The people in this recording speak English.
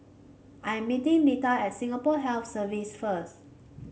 I am meeting Lita at Singapore Health Services first